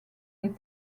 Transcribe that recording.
les